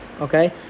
okay